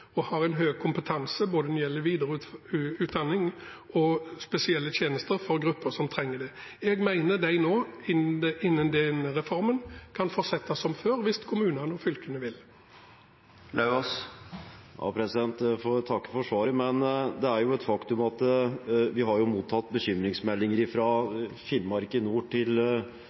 og har en høy kompetanse når det gjelder både videreutdanning og spesielle tjenester for grupper som trenger det. Jeg mener at de nå innenfor reformen kan fortsette som før, hvis kommunene og fylkene vil. Jeg får takke for svaret, men det er et faktum at vi har mottatt bekymringsmeldinger fra Finnmark i